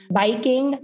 biking